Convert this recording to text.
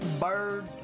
bird